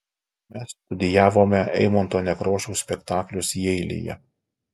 mes studijavome eimunto nekrošiaus spektaklius jeilyje